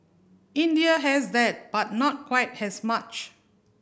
India has that but not quite has much